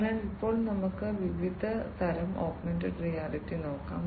അതിനാൽ ഇപ്പോൾ നമുക്ക് വിവിധ തരം ഓഗ്മെന്റഡ് റിയാലിറ്റി നോക്കാം